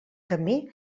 camí